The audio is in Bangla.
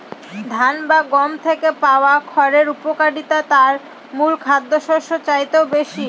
ধান বা গম থেকে পাওয়া খড়ের উপযোগিতা তার মূল খাদ্যশস্যের চাইতেও বেশি